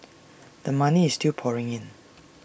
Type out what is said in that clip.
the money is still pouring in